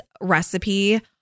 recipe